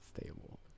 stable